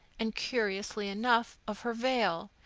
and, curiously enough, of her veil,